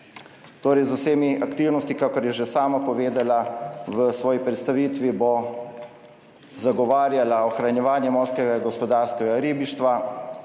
z vsemi aktivnostmi, kakor je že sama povedala v svoji predstavitvi, bo zagovarjala ohranjevanje morskega gospodarskega ribištva,